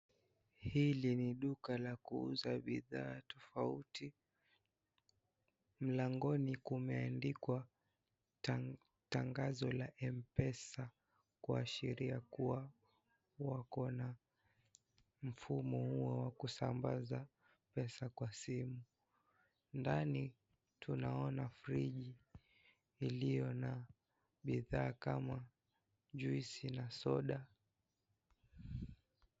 Hili ni duka la kuuza bidhaa tofauti , mlangoni kumeandikwa tangazo la Mpesa kuashiria kuwa wako na mfumo huo wa kusambaza pesa kwa simu ,ndani tunaona friji iliyo na bidhaa kama juisi na soda.